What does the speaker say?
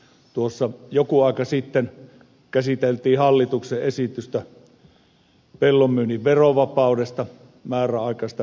tuossa joku aika sitten käsiteltiin hallituksen esitystä pellon myynnin verovapaudesta määräaikaisesta verovapaudesta